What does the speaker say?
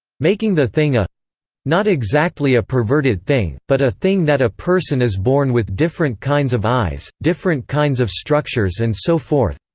making the thing a not exactly a perverted thing, but a thing that a person is born with different kinds of eyes, different kinds of structures and so forth.